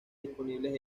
disponibles